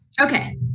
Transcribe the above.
Okay